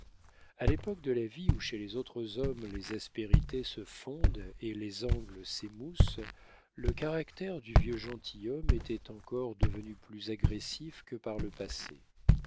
a l'époque de la vie où chez les autres hommes les aspérités se fondent et les angles s'émoussent le caractère du vieux gentilhomme était encore devenu plus agressif que par le passé